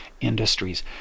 industries